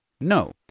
no